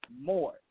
more